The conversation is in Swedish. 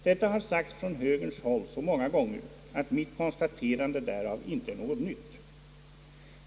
Detta har sagts från högerns håll så många gånger att mitt konstaterande därav inte är något nytt.